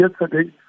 yesterday